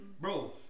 Bro